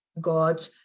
God